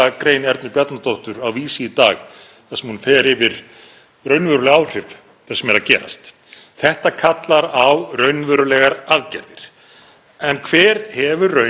En hver hefur raunin verið? Það er verið að þrengja að íslenskum landbúnaði úr mörgum áttum samtímis; með því að leggja nýjar álögur á greinina, með því að láta hana keppa